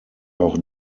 auch